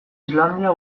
islandia